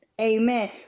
Amen